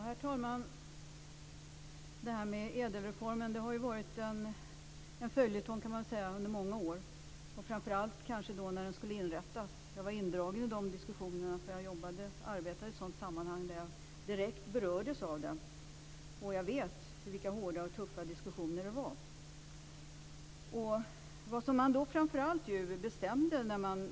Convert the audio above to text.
Herr talman! Ädelreformen har varit en följetong under många år, och var det kanske framför allt när den skulle införas. Jag var indragen i de diskussionerna, för jag arbetade i ett sammanhang där jag direkt berördes av den. Jag vet vilka hårda och tuffa diskussioner det var.